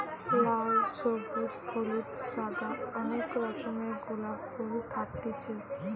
লাল, সবুজ, হলুদ, সাদা অনেক রকমের গোলাপ ফুল থাকতিছে